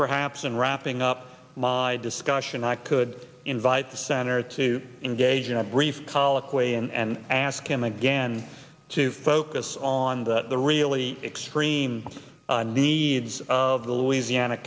perhaps and wrapping up my discussion i could invite the center to engage in a brief khalik way and ask him again to focus on the really extreme needs of the louisiana